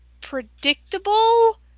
predictable